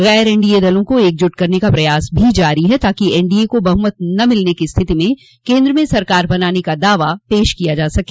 गैर एनडीए दलों को एकजुट करने का प्रयास भी जारी है ताकि एनडीए को बहुमत न मिलने की स्थिति में केन्द्र में सरकार बनाने का दावा पेश किया जा सके